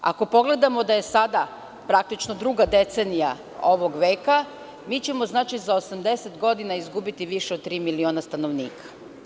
Ako pogledamo da je sada praktično druga decenija ovog veka, mi ćemo za 80 godina izgubiti više od tri miliona stanovnika.